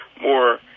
more